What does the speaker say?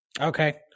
Okay